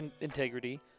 integrity